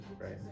right